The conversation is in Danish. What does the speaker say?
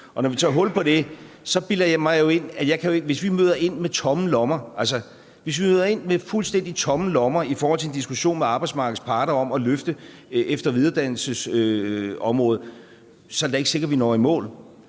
og nu har vi så lavet to – end at hvis vi møder ind med tomme lommer, hvis vi møder ind med fuldstændig tomme lommer i forhold til en diskussion med arbejdsmarkedets parter om at løfte efter- og videreuddannelsesområdet, er det da ikke sikkert, at vi når i mål.